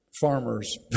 Farmers